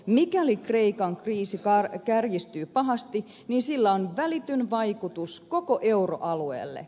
mikäli kreikan kriisi kärjistyy pahasti niin sillä on välitön vaikutus koko euroalueelle